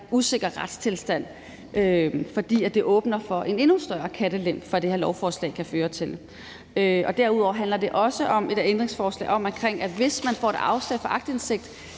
usikker retstilstand, fordi det åbner for en endnu større kattelem for, hvad det her lovforslag kan føre til. Derudover handler et af ændringsforslagene om, at hvis man får et afslag på aktindsigt,